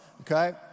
okay